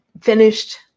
finished